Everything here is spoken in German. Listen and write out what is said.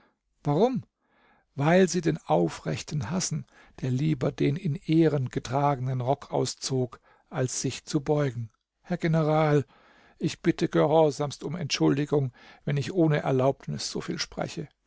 warum weil sie den aufrechten hassen der lieber den in ehren getragenen rock auszog als sich zu beugen herr general ich bitte gehorsamst um entschuldigung wenn ich ohne erlaubnis so viel spreche